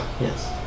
Yes